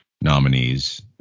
nominees